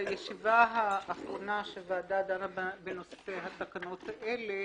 שבישיבה האחרונה שבה הוועדה דנה בנושא התקנות האלה,